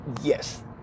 yes